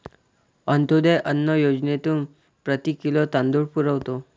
अंत्योदय अन्न योजनेतून प्रति किलो तांदूळ पुरवतो